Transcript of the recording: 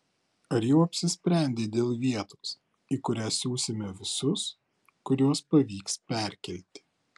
ar jau apsisprendei dėl vietos į kurią siusime visus kuriuos pavyks perkelti